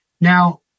Now